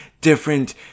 different